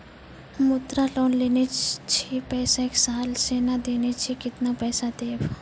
मुद्रा लोन लेने छी पैसा एक साल से ने देने छी केतना पैसा देब?